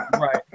Right